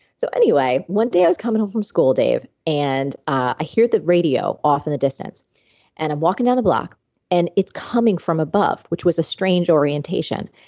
so anyway, one day i was coming home from school, dave, and i hear the radio off in the distance and i'm walking down the block and it's coming from above, which was a strange orientation.